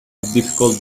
difficult